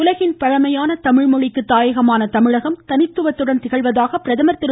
உலகின் பழமையான தமிழ்மொழிக்கு தாயகமான தமிழகம் தனித்துவத்தோடு திகழ்வதாக பிரதமர் திரு